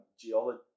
geology